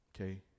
Okay